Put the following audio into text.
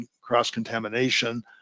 cross-contamination